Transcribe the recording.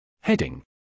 Heading